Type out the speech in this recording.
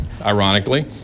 ironically